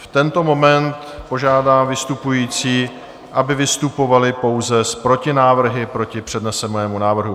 V tento moment požádám vystupující, aby vystupovali pouze s protinávrhy proti přednesenému návrhu.